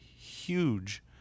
huge